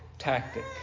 tactic